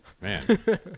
Man